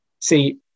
See